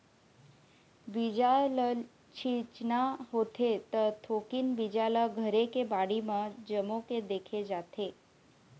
बीजा ल छिचना होथे त थोकिन बीजा ल घरे के बाड़ी म जमो के देखे जाथे